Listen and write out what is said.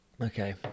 Okay